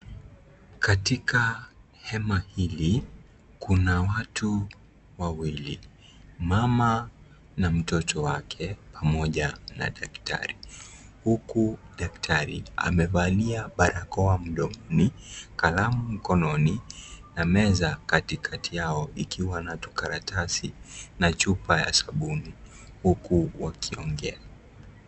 Katika hema hili, kuna watu wawili, mama na mtoto wake pamoja na daktari. Huku daktari amevalia barakoa mdomoni, kalamu mkononi, na meza katikatia yao ikiwa na tukaratasi na chupa ya sabuni huku wakiongea.